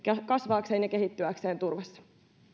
kasvaakseen ja kehittyäkseen turvassa